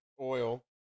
oil